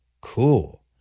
Cool